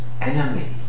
enemy